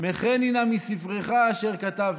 מחני נא מספריך אשר כתבת".